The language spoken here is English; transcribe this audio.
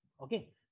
okay